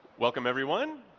welcome, everyone.